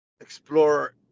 explore